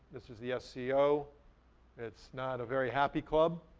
this is the sco. it's not a very happy club.